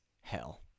hell